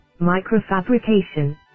microfabrication